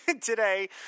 Today